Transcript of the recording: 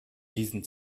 diesen